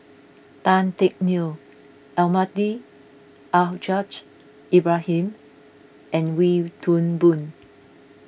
Tan Teck Neo Almahdi Al Haj Ibrahim and Wee Toon Boon